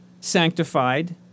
sanctified